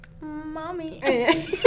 Mommy